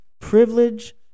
privilege